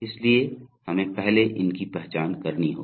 इसलिए हमें पहले इनकी पहचान करनी होगी